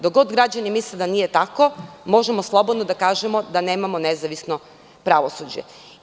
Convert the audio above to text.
Dok god građani misle da nije tako možemo slobodno da kažemo da nemamo nezavisno pravosuđe.